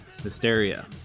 Hysteria